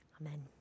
Amen